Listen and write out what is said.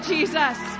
Jesus